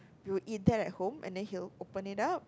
we'll eat that at home and then he'll open it up